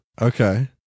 Okay